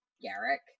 Garrick